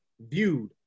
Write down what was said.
Viewed